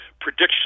prediction